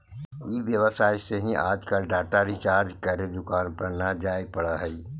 ई व्यवसाय से ही आजकल डाटा रिचार्ज करे दुकान पर न जाए पड़ऽ हई